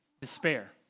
Despair